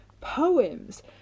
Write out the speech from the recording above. poems